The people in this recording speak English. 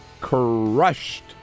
crushed